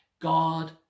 God